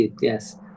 yes